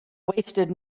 wasted